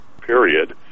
Period